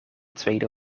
tweede